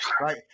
right